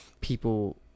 people